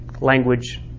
language